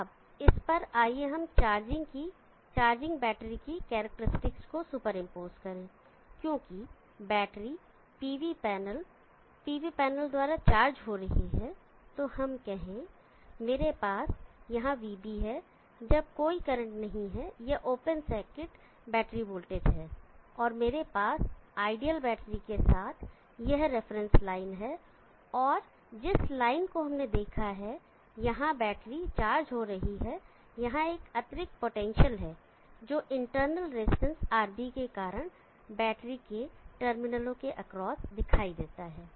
अब इस पर आइए हम चार्जिंग बैटरी की करैक्टेरिस्टिक्स को सुपर इंपोज करें क्योंकि बैटरी pv पैनल द्वारा चार्ज हो रही है तो हम कहें कि मेरे पास यहाँ vB है जब कोई करंट नहीं है यह ओपन सर्किट बैटरी वोल्टेज है और मेरे पास आइडियल बैटरी के साथ यह रेफरेंस लाइन है और जिस लाइन को हमने देखा है यहां बैटरी चार्ज हो रही है यहां एक अतिरिक्त पोटेंशियल है जो इंटरनल रेजिस्टेंस RB के कारण बैटरी के टर्मिनलों के एक्रॉस दिखाई देता है